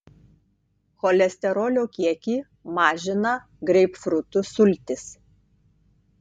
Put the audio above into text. cholesterolio kiekį mažina greipfrutų sultys